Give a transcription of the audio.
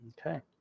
Okay